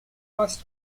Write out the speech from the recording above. first